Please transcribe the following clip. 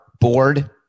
board